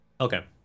Okay